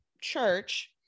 church